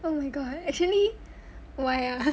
oh my god actually why ah